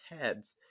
heads